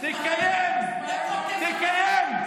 אתה לא עושה.